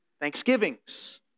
thanksgivings